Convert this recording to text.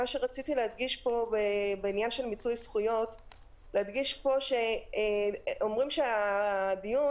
רציתי להדגיש בעניין מיצוי זכויות שאומרים שהדיון